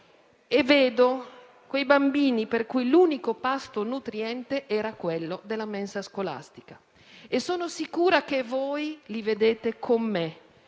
Vedo quei bambini per cui l'unico pasto nutriente era quello della mensa scolastica, e sono sicura che voi li vedete con me